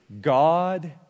God